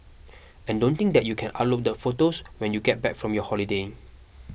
and don't think that you can upload the photos when you get back from your holiday